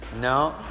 No